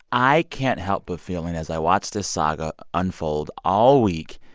i can't help but feeling, as i watched this saga unfold all week,